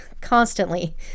constantly